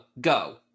Go